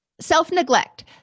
Self-neglect